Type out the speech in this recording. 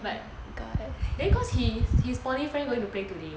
but then cause his poly friend going to play today